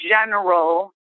general